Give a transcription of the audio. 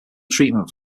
treatment